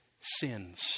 sins